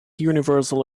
universal